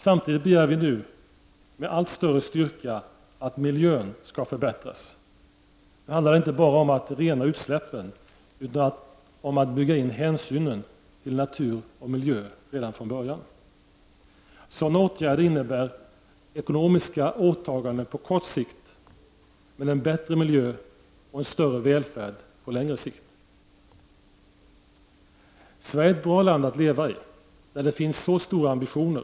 Samtidigt begär vi med allt större styrka att miljön skall förbättras. Nu handlar det inte bara om att rena utsläppen, utan om att bygga in hänsynen till natur och miljö redan från början. Sådana åtgärder innebär ekonomiska åtaganden på kort sikt, men en bättre miljö och en större välfärd på längre sikt. Sverige är ett bra land att leva i, där det finns så stora ambitioner.